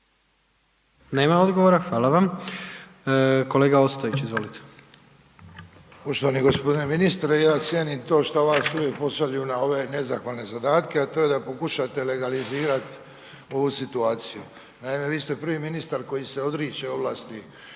Nema odgovora. Hvala vam. Kolega Ostojić, izvolite. **Ostojić, Ranko (SDP)** Poštovani g. ministre, ja cijenim to što vas uvijek pošalju na ove nezahvalne zadatke, a to je da pokušate legalizirat ovu situaciju. Naime, vi ste prvi ministar koji se odriče ovlasti